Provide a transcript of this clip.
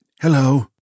hello